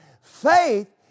faith